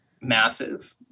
massive